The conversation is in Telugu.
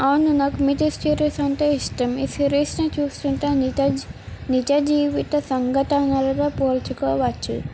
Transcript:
అవును నాకు మిత్ సిరీస్ అంటే ఇష్టం ఈ సిరీస్ని చూస్తుంటే నిజ జీవిత సంఘటనలలో పోల్చుకోవచ్చు